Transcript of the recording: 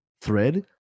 thread